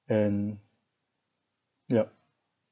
and yup